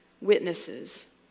Witnesses